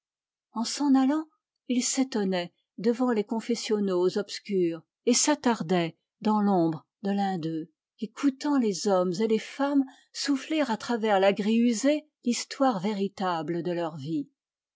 en s'en allant il s'étonnait devant les confessionnaux obscurs et s'attardait dans l'ombre de l'un d'eux écoutant les hommes et les femmes souffler à travers la grille usée l'histoire véritable de leur vie